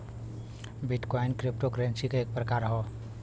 bit coin cryptocurrency क एक प्रकार हौ